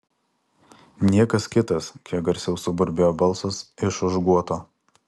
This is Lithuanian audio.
niekas kitas kiek garsiau suburbėjo balsas iš už guoto